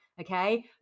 Okay